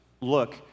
look